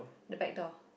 the back door